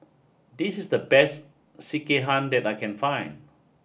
this is the best Sekihan that I can find